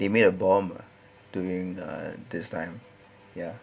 they made a bomb doing uh this time ya